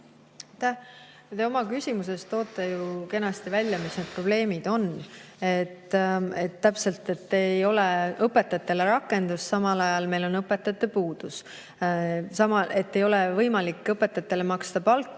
Te oma küsimuses toote ju kenasti välja, mis need probleemid on. Täpselt, ei ole õpetajatele rakendust, samal ajal on meil õpetajate puudus. Samas ei ole võimalik õpetajatele palka